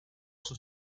sus